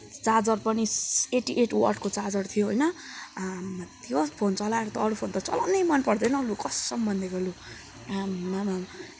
charger पनि eighty eight वाटको charger थियो होइन आमा त्यो फोन चालाएर त अरू फोन त चालाउनै मन पर्दैन कसम भन्देको लु आम्मामा